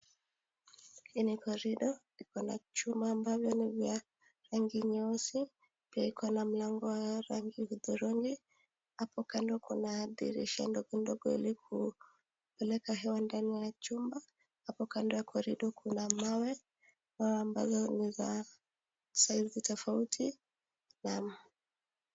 Hii ni korido. Iko na chuma ambavyo ni vya rangi nyeusi. Pia iko na mlango wa rangi hudhurungi. Hapo kando kuna dirisha ndogondogo ili kupeleka hewa ndani ya chumba. Hapo kando ya korido kuna mawe ambazo ni za saizi tofauti